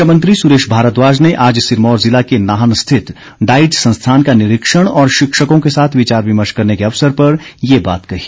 शिक्षा मंत्री सुरेश भारद्वाज ने आज सिरमौर ज़िला के नाहन स्थित डाइट संस्थान का निरीक्षण और शिक्षकों के साथ विचार विमर्श करने के अवसर पर ये बात कही